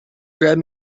grab